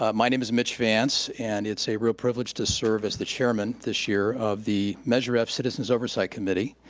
ah my name is mitch vance, and it's a real privilege to serve as the chairman this year of the measure f citizens oversight committee,